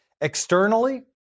Externally